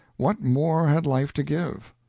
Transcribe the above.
what more had life to give?